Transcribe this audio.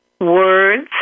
words